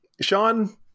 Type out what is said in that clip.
Sean